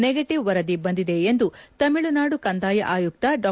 negative ವರದಿ ಬಂದಿದೆ ಎಂದು ತಮಿಳುನಾಡು ಕಂದಾಯ ಆಯುಕ್ತ ಡಾ